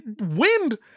Wind